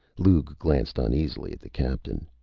lugh glanced uneasily at the captain.